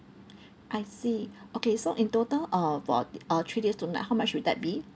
I see okay so in total uh for uh three days two night how much would that be